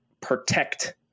protect